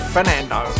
Fernando